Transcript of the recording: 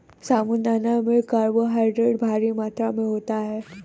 साबूदाना में कार्बोहायड्रेट भारी मात्रा में होता है